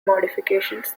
modifications